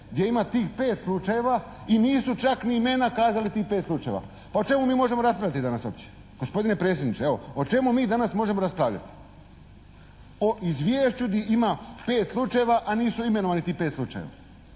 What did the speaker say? gdje ima tih pet slučajeva i nisu čak ni imena kazali tih pet slučajeva. Pa o čemu mi možemo raspravljati danas uopće. Gospodine predsjedniče evo, o čemu mi danas možemo raspravljati? O izvješću gdje ima pet slučajeva a nisu imenovani tih pet slučajeva.